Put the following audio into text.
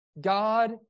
God